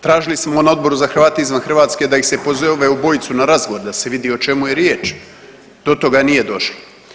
Tražili smo na Odboru za Hrvate izvan Hrvatske da ih se pozove ove obojicu na razgovor da se vidi o čemu je riječ, do toga nije došlo.